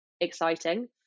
exciting